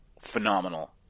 phenomenal